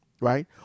right